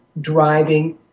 driving